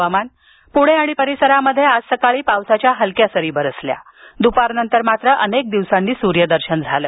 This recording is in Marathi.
हवामान प्णे आणि परिसरात आज सकाळी पावसाच्या काही हलक्या सरी बरसल्या द्पारनंतर मात्र अनेक दिवसांनी सूर्यदर्शन झालं